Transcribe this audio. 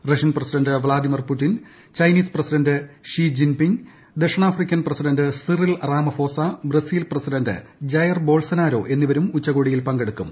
Russian president Vladimir Putin Chinese president Xi Jinping ദക്ഷിണാഫ്രിക്കൻ president Cyril Ramaphosa Brazil president Jair Bolsonaro എന്നിവരും ഉച്ചകോടിയിൽ പങ്കെടുക്കും